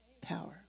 power